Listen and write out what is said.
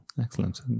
excellent